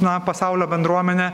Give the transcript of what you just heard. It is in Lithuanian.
na pasaulio bendruomenė